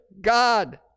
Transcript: God